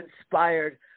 inspired